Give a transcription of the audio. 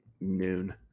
noon